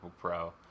Pro